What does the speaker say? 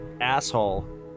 asshole